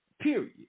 period